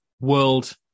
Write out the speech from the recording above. world